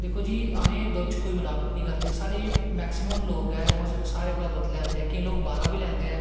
दिक्खो जी अस दुद्ध च कोई मलावट नी करदे साढ़े मैकसिमम लोग ऐं ओह् साढ़े कोला दा दुध्द लैंदे ऐं केंई बाह्रा दा बी लैंदे ऐं